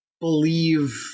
believe